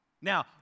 Now